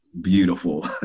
beautiful